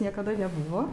niekada nebuvo